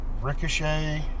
ricochet